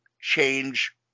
change